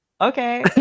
okay